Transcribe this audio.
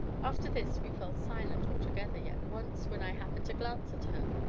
after this we fell silent altogether, yet once, when i happened to glance at her,